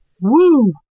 Woo